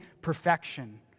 perfection